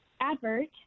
advert